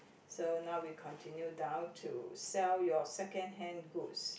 so now we continue down to sell your secondhand goods